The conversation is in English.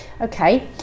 okay